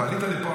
אתה עלית לפה,